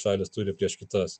šalys turi prieš kitas